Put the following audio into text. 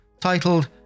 Titled